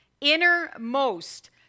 innermost